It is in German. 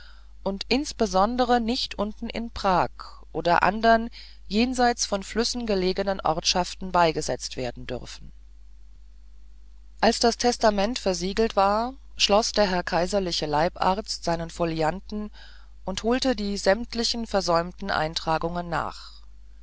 und insbesondere nicht unten in prag oder anderen jenseits von flüssen gelegenen ortschaften beigesetzt werden dürfen als das testament versiegelt war schloß der herr kaiserliche leibarzt seinen folianten und holte die sämtlichen versäumten eintragungen nach